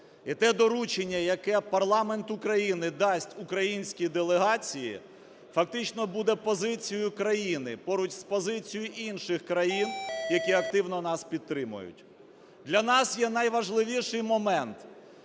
І те доручення, яке парламент України дасть українській делегації фактично буде позицією країни поруч з позицією інших країн, які активно нас підтримують. Для нас є найважливіший момент